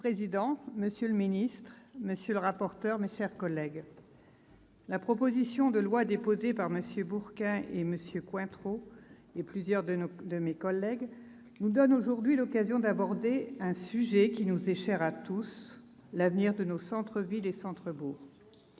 Monsieur le président, monsieur le ministre, mes chers collègues, la proposition de loi déposée par MM. Bourquin et Pointereau et plusieurs de mes collègues nous donne aujourd'hui l'occasion d'aborder un sujet qui nous est cher à tous : l'avenir de nos centres-villes et centres-bourgs.